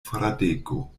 fradeko